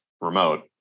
remote